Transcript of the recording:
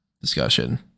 discussion